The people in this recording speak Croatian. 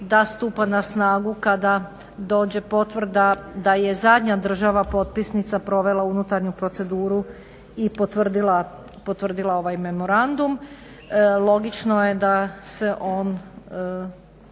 da stupa na snagu kada dođe potvrda da je zadnja država potpisnica provela unutarnju proceduru i potvrdila ovaj memorandum. Logično je da se on